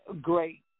great